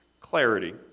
clarity